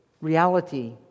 reality